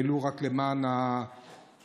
ולו רק למען ההיסטוריה,